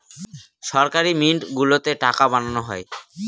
সরকারি মিন্ট গুলোতে টাকা বানানো হয়